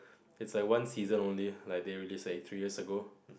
it's a one season only like they released like three years ago